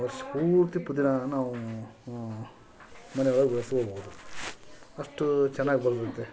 ವರ್ಷ ಪೂರ್ತಿ ಪುದೀನಾ ನಾವು ಮನೆ ಒಳಗೆ ಬೆಳೆಸ್ಕೊಬೋದು ಅಷ್ಟು ಚೆನ್ನಾಗ್ ಬರ್ತದೆ